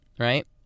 Right